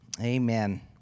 Amen